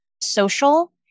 social